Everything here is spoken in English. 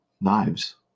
Knives